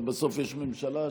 אבל בסוף יש ממשלה,